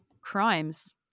crimes